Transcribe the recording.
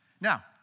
Now